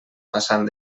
passant